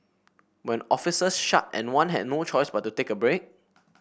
when offices shut and one had no choice but to take a break